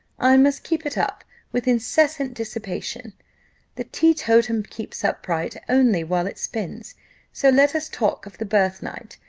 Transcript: i must keep it up with incessant dissipation the teetotum keeps upright only while it spins so let us talk of the birthnight,